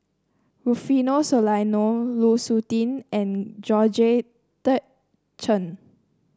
Rufino Soliano Lu Suitin and Georgette Chen